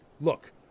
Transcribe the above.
Look